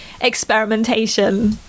experimentation